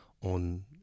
on